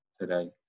today